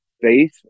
faith